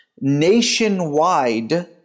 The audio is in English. nationwide